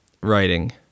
writing